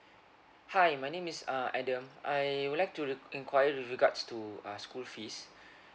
hi my name is uh adam I would like to re~ enquire with regards to uh school fees